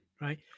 right